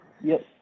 Yes